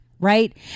right